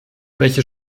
welche